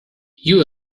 you